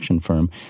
Firm